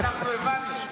אנחנו הבנו.